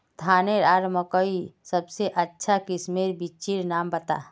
धानेर आर मकई सबसे अच्छा किस्मेर बिच्चिर नाम बता?